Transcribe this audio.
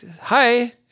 hi